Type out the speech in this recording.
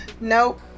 nope